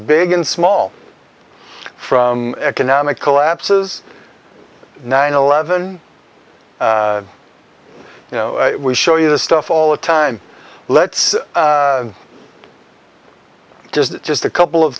big and small from economic collapses nine eleven you know we show you this stuff all the time let's just just a couple of